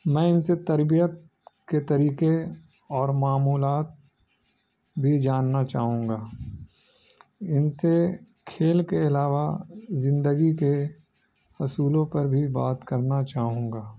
میں ان سے تربیت کے طریقے اور معمولات بھی جاننا چاہوں گا ان سے کھیل کے علاوہ زندگی کے اصولوں پر بھی بات کرنا چاہوں گا